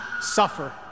suffer